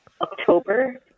october